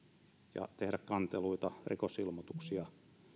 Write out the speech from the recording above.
ja tehdä kanteluita rikosilmoituksia